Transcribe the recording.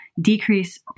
decrease